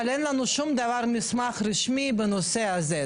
אבל אין לנו מסמך רשמי בנושא הזה.